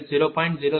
0115148 j0